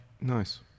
Nice